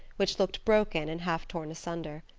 which looked broken and half torn asunder.